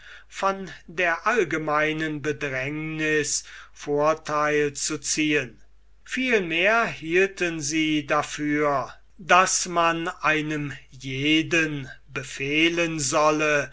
von der allgemeinen bedrängniß vortheil zu ziehen vielmehr hielten sie dafür daß man einem jeden befehlen solle